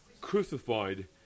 Crucified